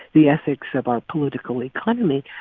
the ethics of our political economy.